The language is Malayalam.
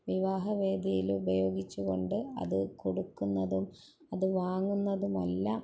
വിവാഹ വേദിയിലുപയോഗിച്ചുകൊണ്ട് അത് കൊടുക്കുന്നതും അത് വാങ്ങുന്നതുമെല്ലാം